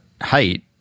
height